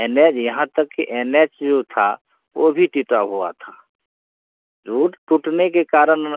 N H यहाँ तक कि एन एच जो था वह भी टूटा हुआ था रोड टूटने के कारण